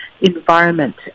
environment